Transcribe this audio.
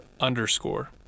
underscore